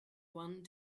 one